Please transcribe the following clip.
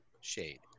shade